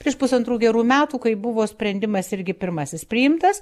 prieš pusantrų gerų metų kai buvo sprendimas irgi pirmasis priimtas